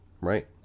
Right